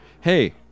Hey